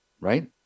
Right